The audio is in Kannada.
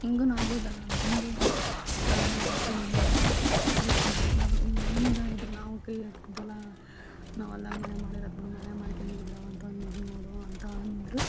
ಹೆಂಗೂ ಲಾಭ ಅದಲ್ಲ ಅಂತ ಅಂದು ಆಗ ನಮ್ಮತ್ತೆ ನಮ್ಮ ಮಾವ ಹೆಲ್ಪ್ ಮಾಡಿದರು ಹಿಂಗೆ ಇದ್ರೆ ನಾವು ಕೈಯ್ಯಾಕ್ತಿದ್ವಲ್ಲ ನಾವಲ್ಲ ಮನ್ಯಾಗ ಮಾಡಿದ್ರಾತು ಬಿಡು ಮನ್ಯಾಗ ಮಾಡ್ಕೊಂಡು ಇದು ಬಿಡವ್ವ ಅಂತಂದಿದ್ವಿ ನೋಡವ್ವ ಅಂತ ಅಂದರು